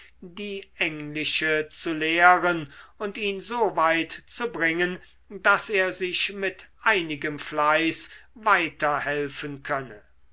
die englische zu lehren und ihn so weit zu bringen daß er sich mit einigem fleiß weiter helfen könne